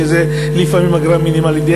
שזו לפעמים אגרה מינימלית,